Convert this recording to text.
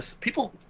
people